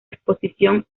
exposición